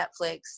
Netflix